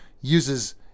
uses